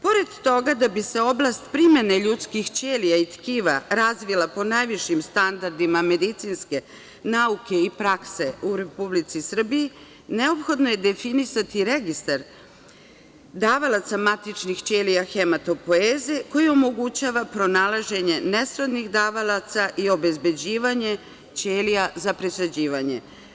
Pored toga, da bi se oblast primene ljudskih ćelija i tkiva razvila po najvišim standardima medicinske nauke i prakse u Republici Srbiji, neophodno je definisati registar davalaca matičnih ćelija hematopoeze, koji omogućava pronalaženje nesrodnih davalaca, i obezbeđivanje ćelija za presađivanje.